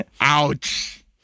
Ouch